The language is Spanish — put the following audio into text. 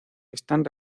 están